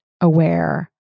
aware